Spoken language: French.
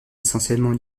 essentiellement